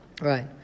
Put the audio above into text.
Right